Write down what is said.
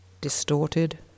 Distorted